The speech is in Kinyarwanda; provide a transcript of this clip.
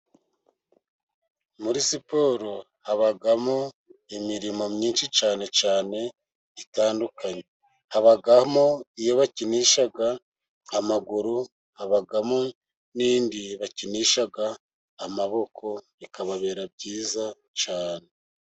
Muri siporo habamo imikino myinshi cyane cyane itandukanye, habamo iyo bakinisha amaguru, habamo n'ibindi bakinisha amaboko, bikababera byiza cyane .